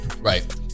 Right